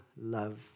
love